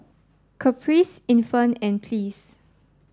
caprice Infant and Pleas